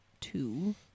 Two